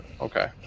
Okay